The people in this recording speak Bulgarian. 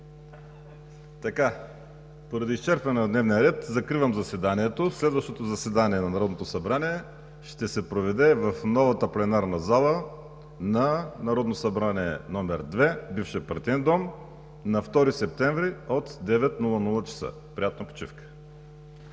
Поради изчерпване на дневния ред закривам заседанието. Следващото заседание на Народното събрание ще се проведе в новата пленарна зала в Народно събрание 2 – бившия Партиен дом, на 2 септември 2020 г. от 9,00 ч. Приятна почивка.